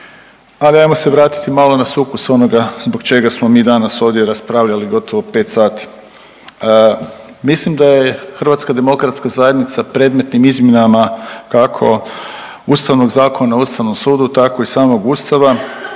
Ali hajmo se vratiti malo na sukus onoga zbog čega smo mi danas ovdje raspravljali gotovo 5 sati. Mislim da je Hrvatska demokratska zajednica predmetnim izmjenama kako Ustavnog zakona o Ustavnom sudu, tako i samog Ustava